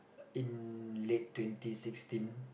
in late twenty sixteen